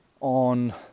on